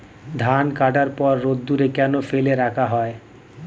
ধান কাটার পর রোদ্দুরে কেন ফেলে রাখা হয়?